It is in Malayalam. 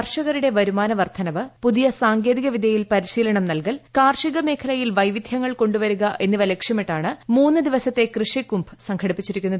കർഷകരുടെ വരുമാന വർദ്ധനവ് പുതിയ സാങ്കേതിക വിദ്യ പരിശീലനം നൽകൽ കാർഷിക മേഖലയിൽ വൈവിധൃങ്ങൾ കൊണ്ടുവരിക എന്നിവ ലക്ഷ്യമിട്ടാണ് മൂന്ന്ദിവസത്തെ കൃഷി കുംഭ് സംഘടിപ്പിച്ചിരിക്കുന്നത്